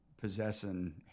possessing